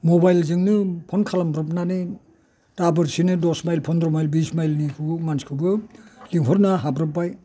मबाइलजोंनो फन खालामब्रबनानै दाबोरसेनो दस माइल फन्द्र' माइल बिस माइलनि मानसिखौबो लिंहरनो हाब्रबबाय